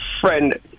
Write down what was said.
friend